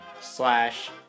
slash